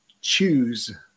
choose